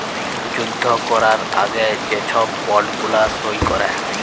যুদ্ধ ক্যরার আগে যে ছব বল্ড গুলা সই ক্যরে